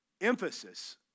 emphasis